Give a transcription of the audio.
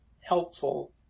helpful